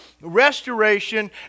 restoration